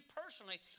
personally